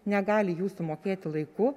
negali jų sumokėti laiku